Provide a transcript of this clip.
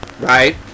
right